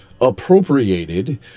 appropriated